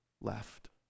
left